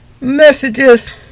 messages